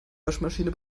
waschmaschine